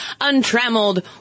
untrammeled